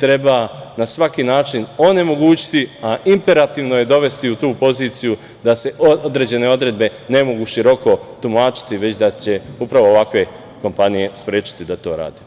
treba na svaki način onemogućiti, a imperativno je dovesti u tu poziciju da se određene odredbe ne mogu široko tumačiti, već da će upravo ovakve kompanije sprečiti da to rade.